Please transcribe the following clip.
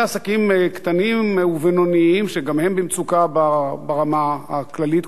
אלה עסקים קטנים ובינוניים שגם הם במצוקה ברמה הכללית.